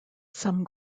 some